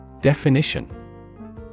Definition